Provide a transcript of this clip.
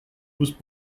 was